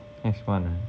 next month ah